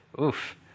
oof